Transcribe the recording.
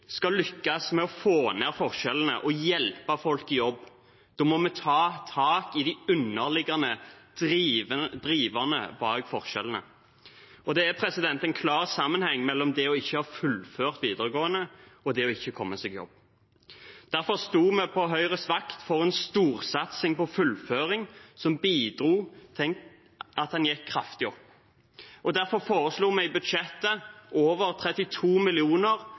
skal lykkes med å få ned forskjellene og hjelpe folk i jobb, må vi ta tak i de underliggende driverne bak forskjellene. Det er en klar sammenheng mellom det å ikke ha fullført videregående og det å ikke komme seg i jobb. Derfor sto vi på Høyres vakt for en storsatsing på fullføring som bidro til at det gikk kraftig opp. Derfor foreslo vi i budsjettet over 32